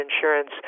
insurance